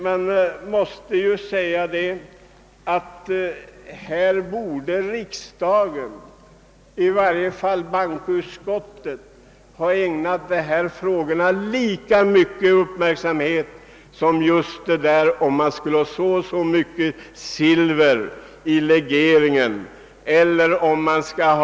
Jag anser att bankoutskottet borde ha ägnat dessa frågor lika stor uppmärksamhet som spörsmålet hur mycket silver som skall blandas in i den legering våra mynt är gjorda av.